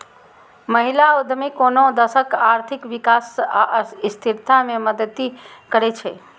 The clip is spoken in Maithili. महिला उद्यमी कोनो देशक आर्थिक विकास आ स्थिरता मे मदति करै छै